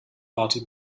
party